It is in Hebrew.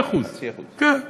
0.5%. 0.5%. כן.